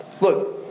Look